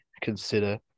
consider